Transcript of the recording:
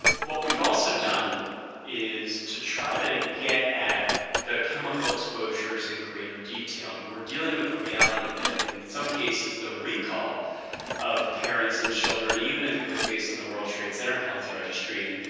what we've also done is to try to get at the chemical exposures in greater detail. i mean, we're dealing with the reality that, in some cases, the recall of parents and children, even if it was based on the world trade center health registry,